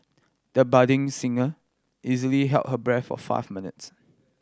the budding singer easily held her breath for five minutes